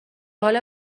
حالا